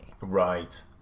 Right